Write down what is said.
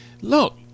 look